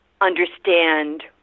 understand